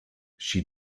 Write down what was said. she